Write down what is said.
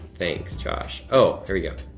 thanks josh. oh, here we go,